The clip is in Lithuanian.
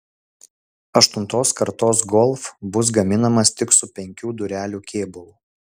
aštuntos kartos golf bus gaminamas tik su penkių durelių kėbulu